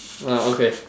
ah okay